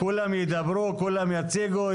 כולם ידברו וכולם יציגו.